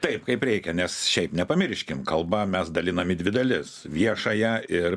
taip kaip reikia nes šiaip nepamirškim kalbą mes daliname į dvi dalis viešąją ir